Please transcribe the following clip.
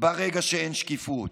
ברגע שאין שקיפות.